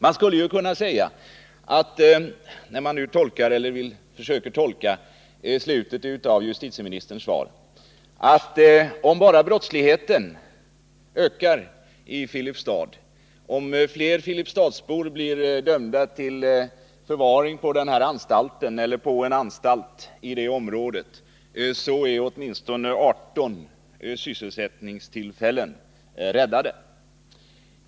Man skulle ju när man försöker tolka slutet av justitieministerns svar kunna säga att om brottsligheten ökar i Filipstad, så att fler filipstadsbor blir dömda till förvaring på den aktuella anstalten eller på en anstalt inom regionen, kommer åtminstone 18 sysselsättningstillfällen att kunna räddas.